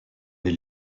les